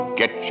get